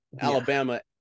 Alabama